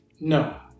No